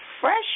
fresh